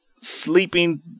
sleeping